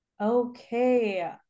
Okay